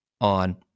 on